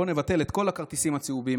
בואו נבטל את כל הכרטיסים הצהובים,